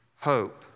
hope